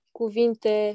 cuvinte